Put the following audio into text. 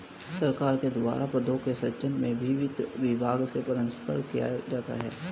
सरकार के द्वारा पदों के सृजन में भी वित्त विभाग से परामर्श किया जाता है